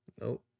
Nope